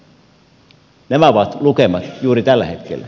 nämä ovat lukemat juuri tällä hetkellä